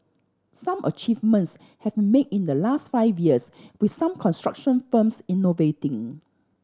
some achievements have made in the last five years with some construction firms innovating